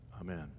amen